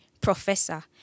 Professor